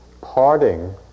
Parting